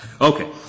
Okay